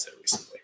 recently